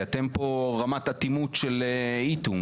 כי אתם פה רמת אטימות של איטונג.